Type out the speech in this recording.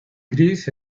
gris